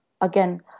again